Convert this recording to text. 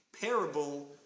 parable